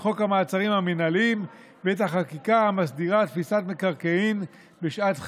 את חוק המעצרים המינהליים ואת החקיקה המסדירה תפיסת מקרקעין בשעת חירום.